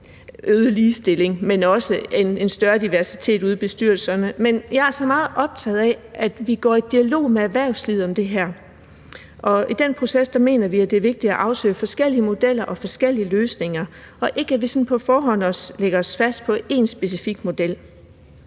øget ligestilling og også en større diversitet ude i bestyrelserne, men at vi altså også er meget optaget af, at man går i dialog med erhvervslivet om det her. Og i den proces mener vi, at det er vigtigt at afsøge forskellige modeller og forskellige løsninger og ikke, at vi sådan på forhånd lægger os fast på én specifik model.